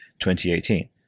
2018